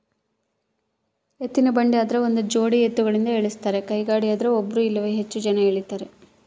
ಎತ್ತಿನಬಂಡಿ ಆದ್ರ ಒಂದುಜೋಡಿ ಎತ್ತುಗಳಿಂದ ಎಳಸ್ತಾರ ಕೈಗಾಡಿಯದ್ರೆ ಒಬ್ರು ಇಲ್ಲವೇ ಹೆಚ್ಚು ಜನ ಎಳೀತಾರ